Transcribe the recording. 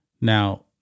Now